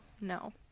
No